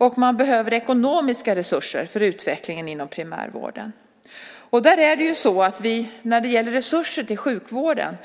Och man behöver ekonomiska resurser för utvecklingen inom primärvården. När det gäller resurser till sjukvården